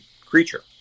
creature